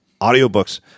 audiobooks